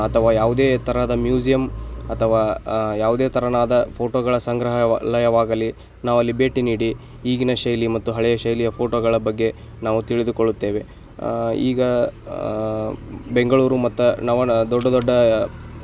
ಅಥವಾ ಯಾವುದೇ ತರಹದ ಮ್ಯೂಸಿಯಂ ಅಥವಾ ಯಾವುದೇ ತೆರನಾದ ಫೋಟೋಗಳ ಸಂಗ್ರಹಾಲಯವಾಗಲಿ ನಾವು ಅಲ್ಲಿ ಭೇಟಿ ನೀಡಿ ಈಗಿನ ಶೈಲಿ ಮತ್ತು ಹಳೆಯ ಶೈಲಿಯ ಫೋಟೋಗಳ ಬಗ್ಗೆ ನಾವು ತಿಳಿದುಕೊಳ್ಳುತ್ತೇವೆ ಈಗ ಬೆಂಗಳೂರು ಮತ್ತು ನವಣ ದೊಡ್ಡ ದೊಡ್ಡ